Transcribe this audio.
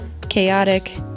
chaotic